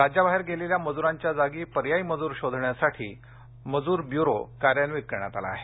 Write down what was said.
राज्याबाहेर गेलेल्या मजूरांच्या जागी पर्यायी मजूर शोधण्यासाठी मजूर ब्युरो कार्यान्वित करण्यात आला आहे